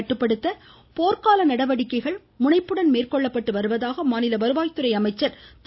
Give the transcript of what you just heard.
கட்டுப்படுத்த போர்க்கால நடவடிக்கைகள் முனைப்புடன் மேற்கொள்ளப்பட்டு வருவதாக மாநில வருவாய் துறை அமைச்சர் திரு